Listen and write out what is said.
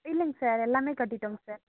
இல்லைங் சார் எல்லாமே கட்டிவிட்டோங் சார்